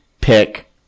pick